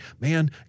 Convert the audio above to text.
Man